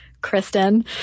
Kristen